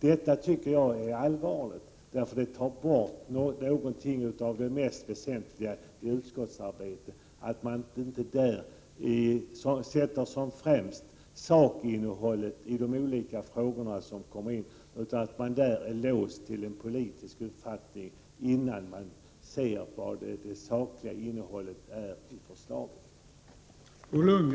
Det tycker jag är allvarligt, eftersom det tar bort något av det mest väsentliga i utskottsarbetet, nämligen att man sätter sakinnehållet i de olika frågorna främst, utan att vara låst till en politisk uppfattning.